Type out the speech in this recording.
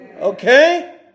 okay